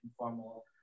informal